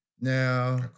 Now-